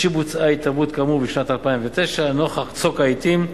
משבוצעה התערבות כאמור בשנת 2009 נוכח צוק העתים,